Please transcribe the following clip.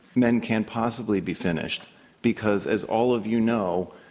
men can't possibly be finished because as all of you know,